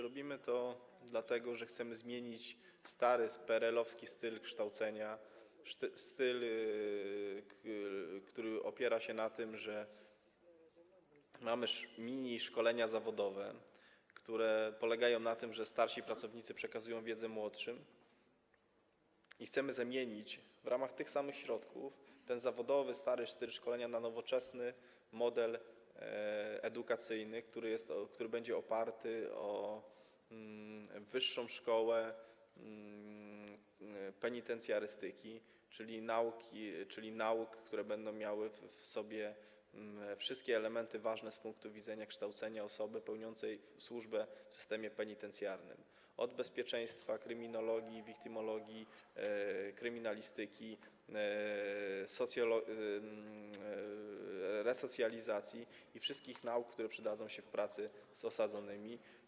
Robimy to dlatego, że chcemy zmienić stary, PRL-owski styl kształcenia, styl, który opiera się na tym, że mamy miniszkolenia zawodowe polegające na tym, że starsi pracownicy przekazują wiedzę młodszym, i chcemy zamienić - w ramach tych samych środków - ten zawodowy, stary styl szkolenia na nowoczesny model edukacyjny oparty o wyższą szkołę penitencjarystyki, czyli nauki, która będzie zawierała wszystkie elementy ważne z punktu widzenia kształcenia osoby pełniącej służbę w systemie penitencjarnym: od bezpieczeństwa, kryminologii, wiktymologii i kryminalistyki po resocjalizację i wszystkie nauki, które przydadzą się w pracy z osadzonymi.